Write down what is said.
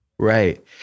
Right